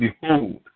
Behold